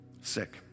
sick